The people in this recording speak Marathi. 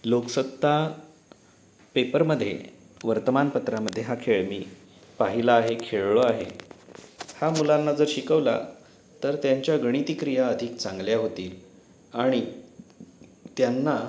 लोकसत्ता पेपरमध्ये वर्तमानपत्रामध्ये हा खेळ मी पाहिला आहे खेळलो आहे हा मुलांना जर शिकवला तर त्यांच्या गणितीक्रिया अधिक चांगल्या होतील आणि त्यांना